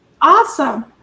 Awesome